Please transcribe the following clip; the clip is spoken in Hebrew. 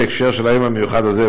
בהקשר של היום המיוחד הזה,